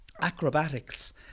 acrobatics